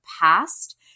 past